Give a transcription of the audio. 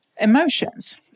emotions